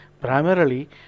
Primarily